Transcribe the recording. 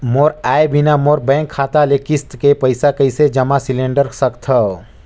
मोर आय बिना मोर बैंक खाता ले किस्त के पईसा कइसे जमा सिलेंडर सकथव?